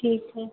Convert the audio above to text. ठीक है